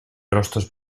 rostros